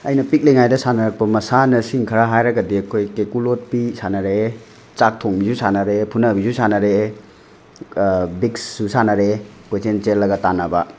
ꯑꯩꯅ ꯄꯤꯛꯂꯤꯉꯩꯗ ꯁꯥꯟꯅꯔꯛꯄ ꯃꯁꯥꯟꯅꯁꯤꯡ ꯈꯔ ꯍꯥꯏꯔꯒꯗꯤ ꯑꯩꯈꯣꯏ ꯀꯦꯀꯨ ꯂꯣꯠꯄꯤ ꯁꯥꯟꯅꯔꯛꯑꯦ ꯆꯥꯛ ꯊꯣꯡꯕꯤꯁꯨ ꯁꯥꯟꯅꯔꯛꯑꯦ ꯐꯨꯅꯕꯤꯁꯨ ꯁꯥꯟꯅꯔꯛꯑꯦ ꯕꯤꯛꯁꯁꯨ ꯁꯥꯟꯅꯔꯛꯑꯦ ꯀꯣꯏꯆꯦꯟ ꯆꯦꯜꯂꯒ ꯇꯥꯟꯅꯕ